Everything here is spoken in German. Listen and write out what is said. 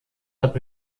hat